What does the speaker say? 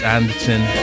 Anderton